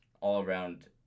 all-around